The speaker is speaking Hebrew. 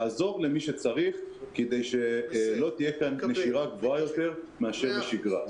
לעזור למי שצריך כדי שלא תהיה כאן נשירה גבוהה יותר מאשר בשגרה.